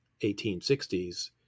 1860s